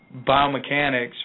biomechanics